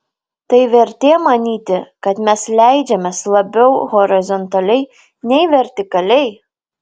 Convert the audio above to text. tai vertė manyti kad mes leidžiamės labiau horizontaliai nei vertikaliai